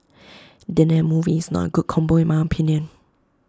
dinner and movie is not A good combo in my opinion